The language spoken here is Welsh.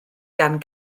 gan